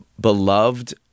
beloved